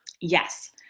Yes